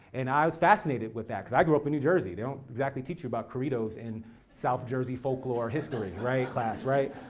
and i was fascinated with that, cuz i grew up in new jersey. they don't exactly teach you about corridos in south jersey folklore history, right, class, right?